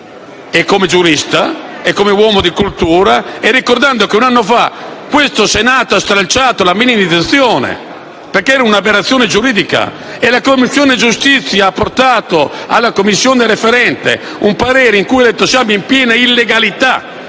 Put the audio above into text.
storico, giurista e uomo di cultura, ricordando che un anno fa questo Senato ha stralciato la minimizzazione perché è una aberrazione giuridica e la Commissione giustizia ha portato alla Commissione referente un parere in cui si diceva che eravamo in piena illegalità.